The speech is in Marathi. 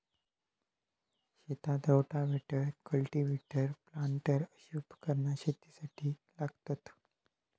शेतात रोटाव्हेटर, कल्टिव्हेटर, प्लांटर अशी उपकरणा शेतीसाठी लागतत